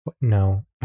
No